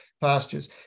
pastures